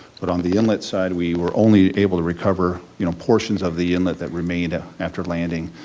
but on the inlet side we were only able to recover you know portions of the inlet that remained ah after landing,